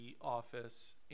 office